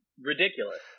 ridiculous